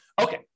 Okay